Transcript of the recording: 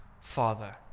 Father